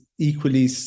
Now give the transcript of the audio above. Equally